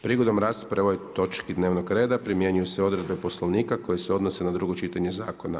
Prigodom rasprave o ovoj točki dnevnog reda primjenjuju se odredbe Poslovnika koje se odnose na drugo čitanje zakona.